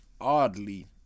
oddly